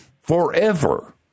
forever